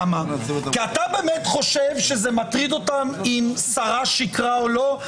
אתה באמת חושב שזה מטריד אותם אם שרה שיקרה או לא?